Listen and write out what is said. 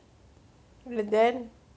but then